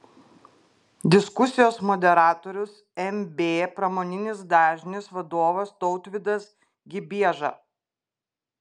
diskusijos moderatorius mb pramoninis dažnis vadovas tautvydas gibieža